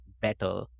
better